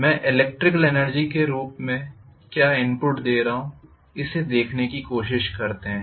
मैं electrical energy के रूप में क्या इनपुट दे रहा हूं इसे देखने की कोशिश करते हैं